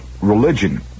religion